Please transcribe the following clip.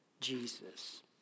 Jesus